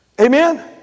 Amen